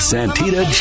Santita